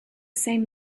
same